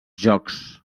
jocs